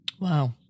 Wow